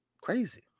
Crazy